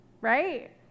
right